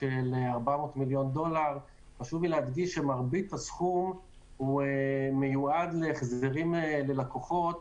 של 400 מיליון דולר מרבית הסכום מיועד להחזרים ללקוחות.